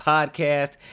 Podcast